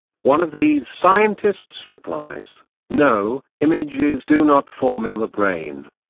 one of these scientists replies no images do not form in the brain.